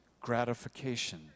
gratification